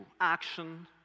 action